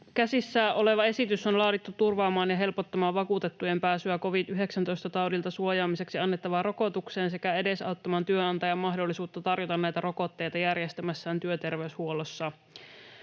Käsissä oleva esitys on laadittu turvaamaan ja helpottamaan vakuutettujen pääsyä covid-19-taudilta suojaamiseksi annettavaan rokotukseen sekä edesauttamaan työnantajan mahdollisuutta tarjota näitä rokotteita järjestämässään työterveyshuollossa.